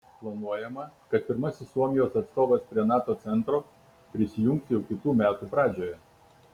planuojama kad pirmasis suomijos atstovas prie nato centro prisijungs jau kitų metų pradžioje